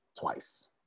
twice